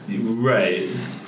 Right